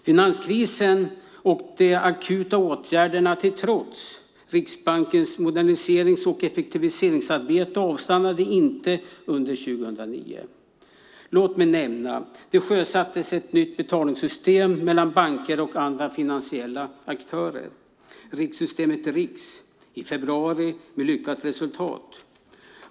Finanskrisen och de akuta åtgärderna till trots avstannade Riksbankens moderniserings och effektiviseringsarbete inte under 2009. Låt mig nämna några saker. Det sjösattes ett nytt betalningssystem mellan banker och andra finansiella aktörer, RIX-systemet, i februari med lyckat resultat.